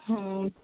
हं